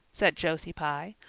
said josie pye.